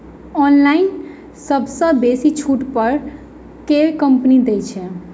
Online सबसँ बेसी छुट पर केँ कंपनी दइ छै?